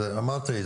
אמרתי,